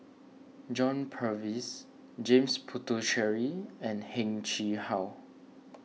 John Purvis James Puthucheary and Heng Chee How